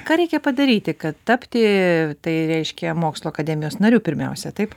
ką reikia padaryti kad tapti tai reiškia mokslų akademijos nariu pirmiausia taip